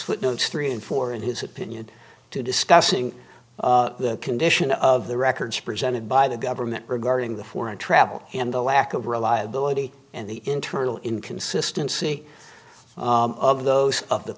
footnote three and four in his opinion to discussing the condition of the records presented by the government regarding the foreign travel and the lack of reliability and the internal inconsistency of those of the